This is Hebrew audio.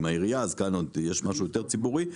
העירייה אז כאן יש משהו שהוא יותר ציבורי.